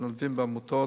מתנדבים בעמותות,